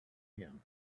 him